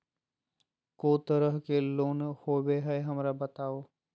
को तरह के लोन होवे हय, हमरा बताबो?